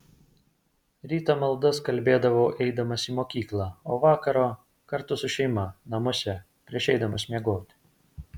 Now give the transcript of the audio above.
ryto maldas kalbėdavau eidamas į mokyklą o vakaro kartu su šeima namuose prieš eidamas miegoti